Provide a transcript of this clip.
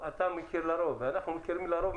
אנחנו מכירים מקרים שיש מישהו שדוחף את הכיסא,